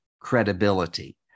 credibility